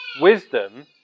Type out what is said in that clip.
Wisdom